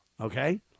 okay